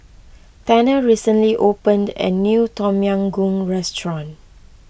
Tanner recently opened a new Tom Yam Goong restaurant